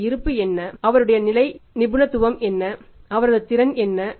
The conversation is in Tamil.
அவரது இருப்பு என்ன அவருடைய நிபுணத்துவம் என்ன அவரது திறன் என்ன